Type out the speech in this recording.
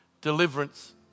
deliverance